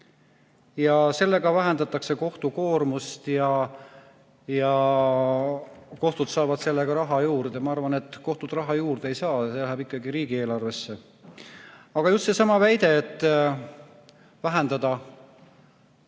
Sellega vähendatakse kohtu koormust ja kohtud saavad sellega raha juurde. Ma arvan, et kohtud raha juurde ei saa, see läheb ikkagi riigieelarvesse. Aga just seesama väide, et vähendada